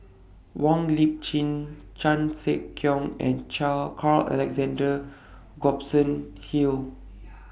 Wong Lip Chin Chan Sek Keong and Carl Alexander Gibson Hill